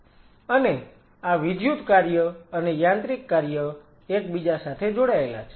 અને આ વિદ્યુત કાર્ય અને યાંત્રિક કાર્ય એકબીજા સાથે જોડાયેલા છે